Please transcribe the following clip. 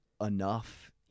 enough